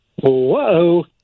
Whoa